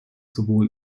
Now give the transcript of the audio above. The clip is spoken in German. sowohl